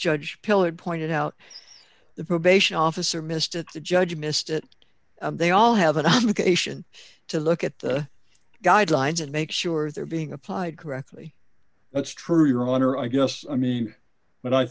judge till it pointed out the probation officer missed it the judge missed it and they all have an obligation to look at the guidelines and make sure they're being applied correctly that's true your honor i guess i mean but i